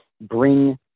bring